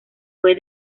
fue